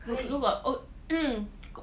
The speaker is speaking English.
可是如果 oh mm